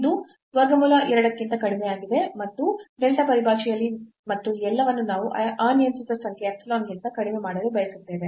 ಇದು ವರ್ಗಮೂಲ 2 ಕ್ಕಿಂತ ಕಡಿಮೆಯಾಗಿದೆ ಮತ್ತು delta ಪರಿಭಾಷೆಯಲ್ಲಿ ಮತ್ತು ಈ ಎಲ್ಲವನ್ನೂ ನಾವು ಅನಿಯಂತ್ರಿತ ಸಂಖ್ಯೆ epsilon ಗಿಂತ ಕಡಿಮೆ ಮಾಡಲು ಬಯಸುತ್ತೇವೆ